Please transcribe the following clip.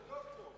הוא דוקטור.